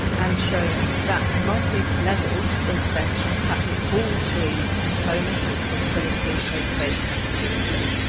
and shown that multi-levelled intervention, tapping all three components of capability, motivation, opportunity,